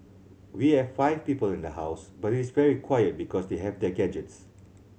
we have five people in the house but it is very quiet because they have their gadgets